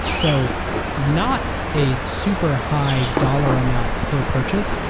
so not a super high dollar amount per purchase,